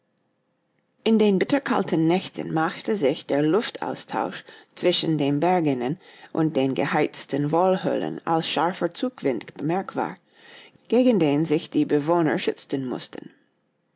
in den bitterkalten nächten machte sich der luftaustausch zwischen dem berginnern und den geheizten wohnhöhlen als scharfer zugwind bemerkbar gegen den sich die bewohner schützen mußten